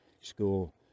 school